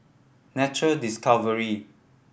Nature Discovery